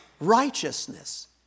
righteousness